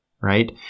right